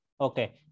Okay